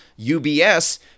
UBS